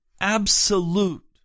absolute